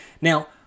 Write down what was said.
Now